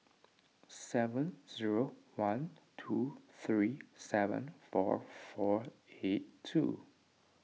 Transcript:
seven zero one two three seven four four eight two